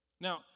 Now